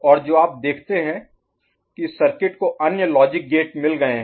और जो आप देखते हैं कि सर्किट को अन्य लॉजिक गेट मिल गए हैं